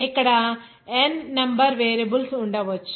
అక్కడ n number variables ఉండవచ్చు